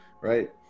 Right